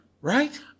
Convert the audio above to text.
Right